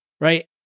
right